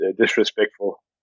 disrespectful